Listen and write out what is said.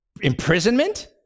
imprisonment